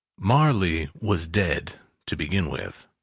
marley was dead to begin with.